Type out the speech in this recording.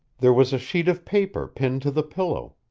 there was a sheet of paper pinned to the pillow,